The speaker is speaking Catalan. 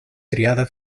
triada